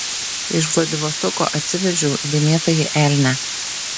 iš vladivostoko atsivežiau dėmėtąjį elnią